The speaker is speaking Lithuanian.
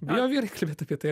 bijo vyrai kalbėt apie tai